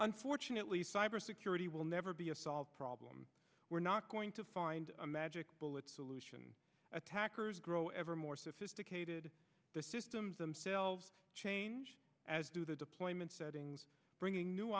unfortunately cybersecurity will never be a solved problem we're not going to find a magic bullet solution attackers grow ever more sophisticated the systems themselves as do the deployment settings bringing new